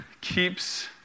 keeps